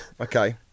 okay